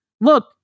look